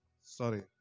Sorry